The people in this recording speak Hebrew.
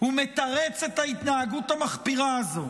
ומתרץ את ההתנהגות המחפירה הזאת